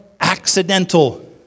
accidental